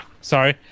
Sorry